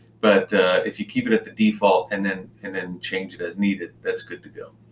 but if you keep it at the default and then and then change it as needed, that's good to go.